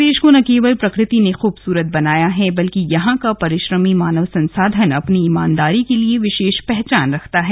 प्रदेश को न केवल प्रकृति ने खूबसूरत बनाया है बल्कि यहां का परिश्रमी मानव संसाधन अपनी ईमानदारी के लिए विशेष पहचान रखता है